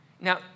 Now